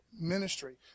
ministry